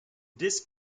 disc